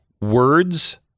words